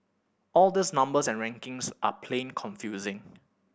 all these numbers and rankings are plain confusing